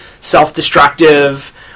self-destructive